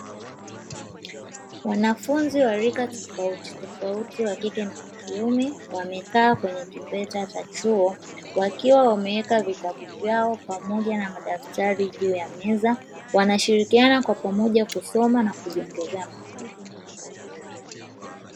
Wanafunzi wa rika tofauti tofauti; wa kike na wa kiume wamekaa kwenye kimbweta cha chuo wakiwa wameweka vitabu vyao pamoja na madaftari juu ya meza; wanashirikiana kwa pamoja kusoma na kujiongezea maarifa.